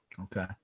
Okay